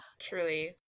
truly